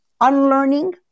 unlearning